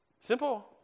Simple